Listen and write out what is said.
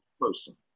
person